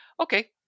Okay